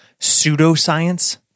pseudoscience